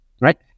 Right